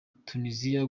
tuniziya